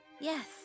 Yes